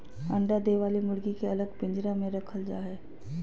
अंडा दे वली मुर्गी के अलग पिंजरा में रखल जा हई